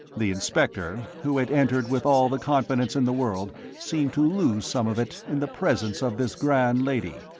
the inspector, who had entered with all the confidence in the world, seemed to lose some of it in the presence of this grand lady,